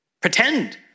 Pretend